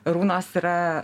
runos yra